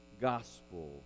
gospel